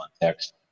context